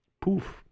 poof